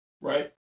right